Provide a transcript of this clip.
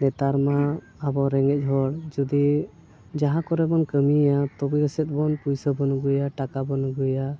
ᱱᱮᱛᱟᱨ ᱢᱟ ᱟᱵᱚ ᱨᱮᱸᱜᱮᱡ ᱦᱚᱲ ᱡᱩᱫᱤ ᱡᱟᱦᱟᱸ ᱠᱚᱨᱮ ᱵᱚᱱ ᱠᱟᱹᱢᱤᱭᱟ ᱛᱚᱵᱮ ᱠᱚ ᱥᱮᱫ ᱵᱚᱱ ᱯᱩᱭᱥᱟᱹ ᱵᱚᱱ ᱟᱹᱜᱩᱭᱟ ᱴᱟᱠᱟ ᱵᱚᱱ ᱟᱹᱜᱩᱭᱟ